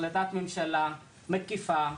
החלטת ממשלה מקיפה,